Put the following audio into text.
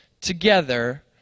together